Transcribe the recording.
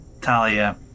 Talia